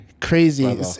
crazy